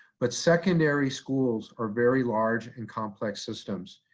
but secondary schools are very large and complex systems.